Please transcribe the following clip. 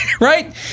right